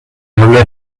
habla